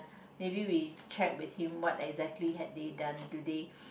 maybe we check with him what exactly had they done today